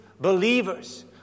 believers